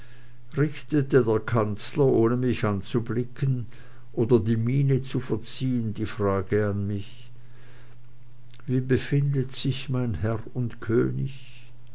richtete der kanzler ohne mich anzublicken oder eine miene zu verziehen die frage an mich wie befindet sich mein herr und könig